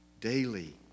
Daily